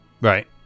right